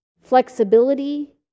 flexibility